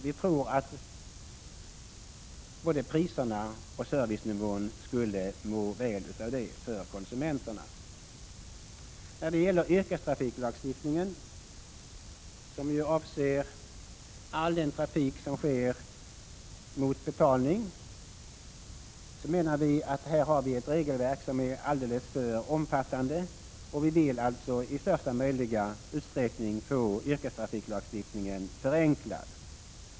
Vi tror att både priserna och servicenivån skulle må väl av det till gagn för konsumenterna. När det gäller yrkestrafiklagstiftningen, som avser all den trafik som sker mot betalning, menar vi att här föreligger ett regelverk som är alldeles för omfattande. Vi vill alltså i största möjliga utsträckning få yrkestrafiklagstiftningen förenklad.